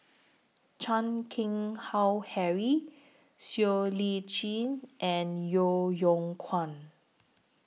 Chan Keng Howe Harry Siow Lee Chin and Yeo Yeow Kwang